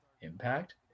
Impact